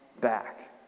back